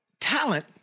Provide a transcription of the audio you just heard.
Talent